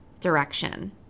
direction